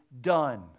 done